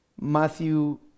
Matthew